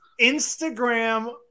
Instagram